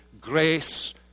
grace